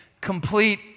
complete